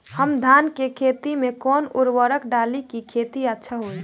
हम धान के खेत में कवन उर्वरक डाली कि खेती अच्छा होई?